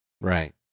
right